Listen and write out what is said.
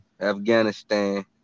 Afghanistan